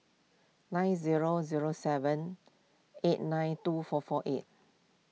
nine zero zero seven eight nine two four four eight